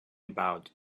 about